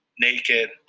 naked